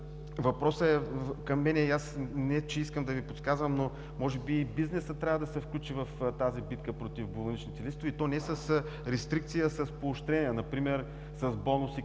листове. Не че искам да Ви подсказвам, но може би бизнесът трябва да се включи в тази битка против болничните листове, и то не с рестрикции, а с поощрения, например с бонуси